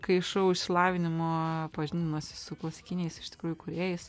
kaišau išsilavinimo pažindinuosi su klasikiniais iš tikrųjų kūrėjais